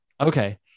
okay